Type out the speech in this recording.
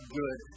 good